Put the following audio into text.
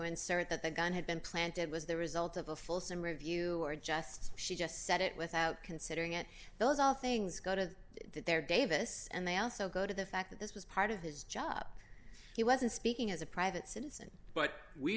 that the gun had been planted was the result of a fulsome review or just she just said it without considering it those all things go to their davis and they also go to the fact that this was part of his job he wasn't speaking as a private citizen but we